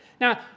Now